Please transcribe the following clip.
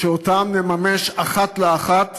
שאותן נממש אחת לאחת